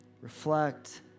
reflect